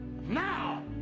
now